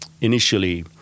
initially